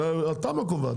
התמ"א קובעת.